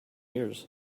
ears